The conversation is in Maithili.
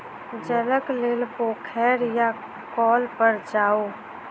जलक लेल पोखैर या कौल पर जाऊ